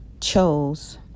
chose